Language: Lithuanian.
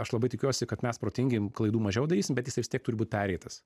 aš labai tikiuosi kad mes protingi klaidų mažiau darysim bet jisai vis tiek turi būt pereitas